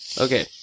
Okay